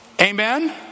Amen